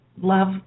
love